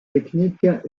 techniques